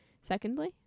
Secondly